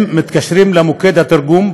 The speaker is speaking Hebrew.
הם מתקשרים למוקד התרגום.